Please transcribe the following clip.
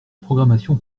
programmation